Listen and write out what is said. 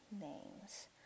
names